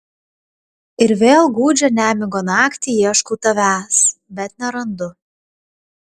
ir vėl gūdžią nemigo naktį ieškau tavęs bet nerandu